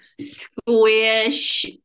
Squish